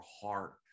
heart